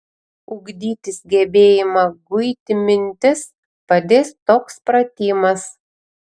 ugdytis gebėjimą guiti mintis padės toks pratimas